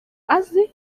azi